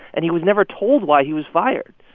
and he was never told why he was fired.